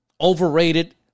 overrated